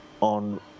on